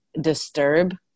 disturb